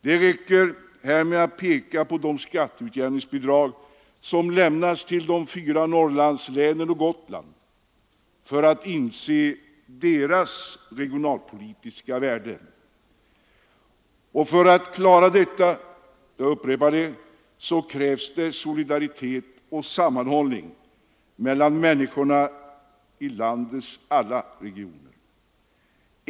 Det räcker med att peka på de skatteutjämningsbidrag som lämnas till de fyra Norrlandslänen och Gotland, för att inse deras regionalpolitiska värde. För att klara detta — jag upprepar det — krävs solidaritet och sammanhållning mellan människorna i landets alla regioner.